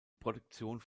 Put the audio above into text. produktionen